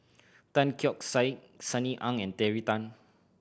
Tan Keong Saik Sunny Ang and Terry Tan